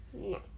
No